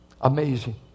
Amazing